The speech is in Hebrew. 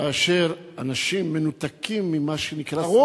כאשר מנותקים ממה שנקרא סמים,